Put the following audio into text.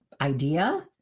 idea